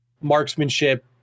marksmanship